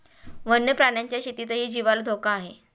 वन्य प्राण्यांच्या शेतीतही जीवाला धोका आहे